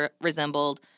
resembled